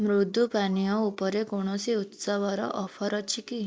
ମୃଦୁ ପାନୀୟ ଉପରେ କୌଣସି ଉତ୍ସବର ଅଫର୍ ଅଛି କି